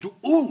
דעו,